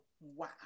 wow